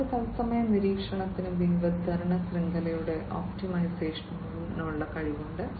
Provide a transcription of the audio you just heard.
അവർക്ക് തത്സമയ നിരീക്ഷണത്തിനും വിതരണ ശൃംഖലയുടെ ഒപ്റ്റിമൈസേഷനുമുള്ള കഴിവുണ്ട്